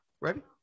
Ready